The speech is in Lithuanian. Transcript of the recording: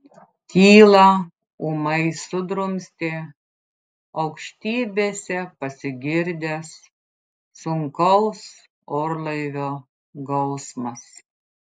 tylą ūmai sudrumstė aukštybėse pasigirdęs sunkaus orlaivio gausmas